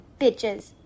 bitches